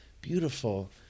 beautiful